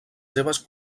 seves